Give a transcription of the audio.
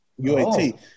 UAT